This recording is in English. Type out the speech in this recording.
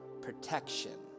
protection